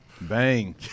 Bang